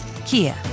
kia